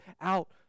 out